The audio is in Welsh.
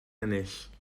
ennill